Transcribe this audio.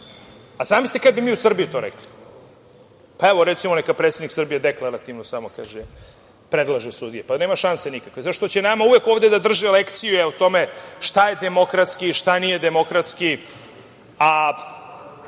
Zamislite kada bi mi u Srbiji to rekli. Recimo, neka predsednik Srbije deklarativno samo kaže, predlaže sudije. Nema šanse, nikakve zato što će nama uvek ovde da drže lekcije o tome šta je demokratski, šta nije demokratski, a